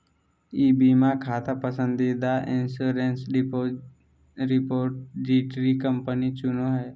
ई बीमा खाता पसंदीदा इंश्योरेंस रिपोजिटरी कंपनी चुनो हइ